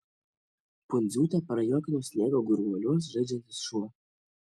pundziūtę prajuokino sniego gurvuoliuos žaidžiantis šuo